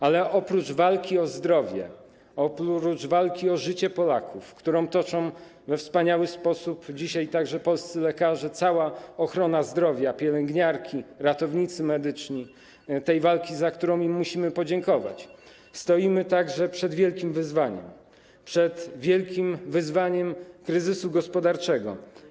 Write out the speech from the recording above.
Ale oprócz walki o zdrowie, oprócz walki o życie Polaków, którą toczą dzisiaj we wspaniały sposób także polscy lekarze, cała ochrona zdrowia, pielęgniarki, ratownicy medyczni, tej walki, za którą musimy im podziękować, stoimy także przed wielkim wyzwaniem, przed wielkim wyzwaniem kryzysu gospodarczego.